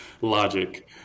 logic